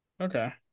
okay